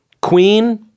Queen